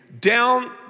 Down